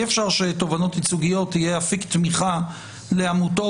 אי-אפשר שתובענות ייצוגיות יהיו אפיק תמיכה לעמותות